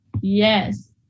Yes